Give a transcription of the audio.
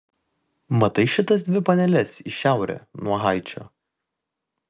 matai šitas dvi paneles į šiaurę nuo haičio